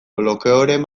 blokeoren